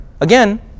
again